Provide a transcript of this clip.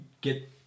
get